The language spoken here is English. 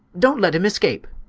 don't let him escape!